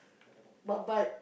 babat